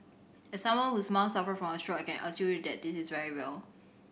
as someone whose mom suffered from a stroke I can assure you that this is very real